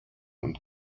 und